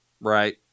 right